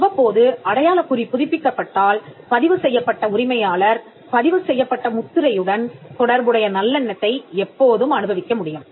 அவ்வப்போது அடையாளக் குறி புதுப்பிக்கப்பட்டால் பதிவு செய்யப்பட்ட உரிமையாளர் பதிவு செய்யப்பட்ட முத்திரையுடன் தொடர்புடைய நல்லெண்ணத்தை எப்போதும் அனுபவிக்க முடியும்